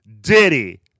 Diddy